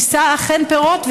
יישא אכן פירות,